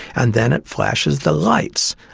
and then it flashes the lights,